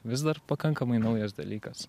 vis dar pakankamai naujas dalykas